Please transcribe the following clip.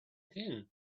din